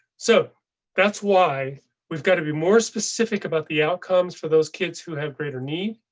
so that's why we've got to be more specific about the outcomes for those kids who have greater need,